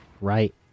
right